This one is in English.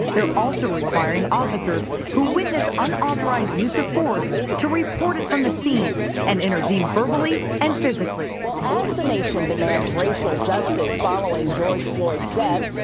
they're also requiring officers who witnessed unauthorized use of force to report it from the scene and intervene verbally and physically well as the nation demands, racial justice following george floyd's death.